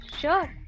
sure